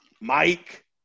Mike